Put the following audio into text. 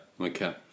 Okay